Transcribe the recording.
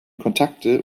kontakte